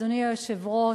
אדוני היושב-ראש,